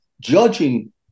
judging